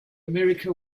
america